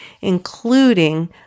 including